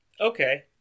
Okay